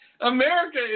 America